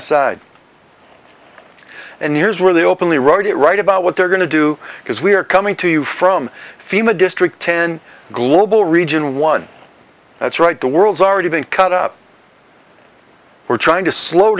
aside and here's where they openly wrote it right about what they're going to do because we're coming to you from fema district ten global region one that's right the world's already been cut up we're trying to slow